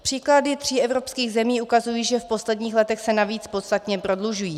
Příklady tří evropských zemí ukazují, že v posledních letech se navíc podstatně prodlužují.